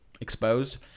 exposed